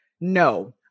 No